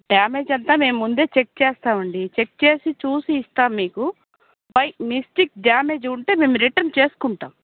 damage అంతా మేము ముందే చెక్ చేస్తామండి చెక్ చేసి చూసి ఇస్తాము మీకు బై మిస్టేక్ డ్యామేజ్ ఉంటే మేము రిటర్న్ చేసుకుంటాము